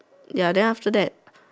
ya then after that